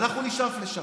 אנחנו נשאף לשם,